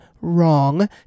wrong